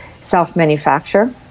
self-manufacture